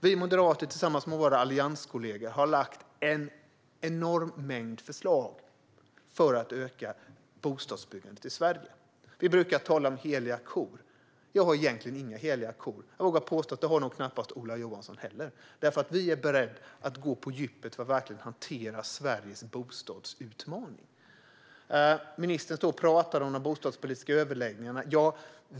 Vi moderater tillsammans med våra allianskollegor har lagt fram en enorm mängd förslag för att öka bostadsbyggandet i Sverige. Vi brukar tala om heliga kor. Jag har egentligen inga heliga kor. Jag vågar påstå att Ola Johansson knappast har det heller. Vi är beredda att gå på djupet för att verkligen hantera Sveriges bostadsutmaning. Ministern pratar om de bostadspolitiska överläggningarna.